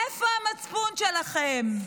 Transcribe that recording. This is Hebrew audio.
איפה המצפון שלכם?